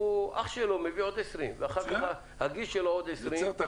אח שלו מביא עוד 20 והגיס שלו עוד 20. מצוין.